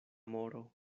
moro